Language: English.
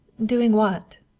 doing what?